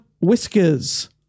whiskers